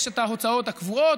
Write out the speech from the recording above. יש את ההוצאות הקבועות,